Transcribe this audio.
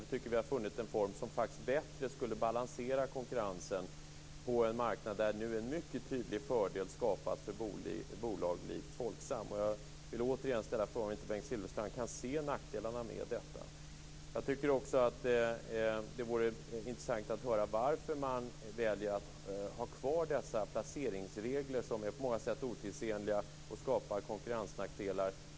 Vi tycker att vi har funnit en form som bättre skulle balansera konkurrensen på en marknad där nu en mycket tydlig fördel skapas för bolag som Folksam. Jag vill återigen ställa frågan om inte Bengt Silfverstrand kan se nackdelarna med detta. Det vore också intressant att få höra varför man väljer att ha kvar placeringsregler som på många sätt är otidsenliga och skapar konkurrensnackdelar.